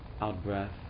Out-breath